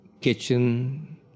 kitchen